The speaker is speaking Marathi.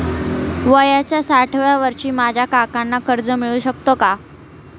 वयाच्या साठाव्या वर्षी माझ्या काकांना कर्ज मिळू शकतो का?